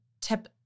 tip